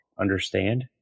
understand